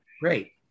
Great